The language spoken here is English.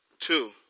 Two